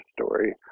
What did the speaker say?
story